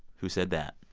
who said that?